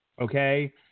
okay